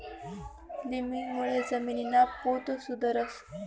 लिमिंगमुळे जमीनना पोत सुधरस